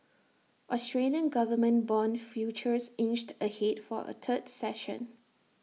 Australian government Bond futures inched ahead for A third session